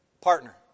partner